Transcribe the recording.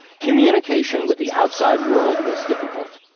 communication with the outside world was difficult.